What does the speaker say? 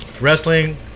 wrestling